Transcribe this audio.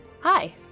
Hi